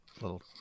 little